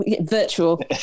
Virtual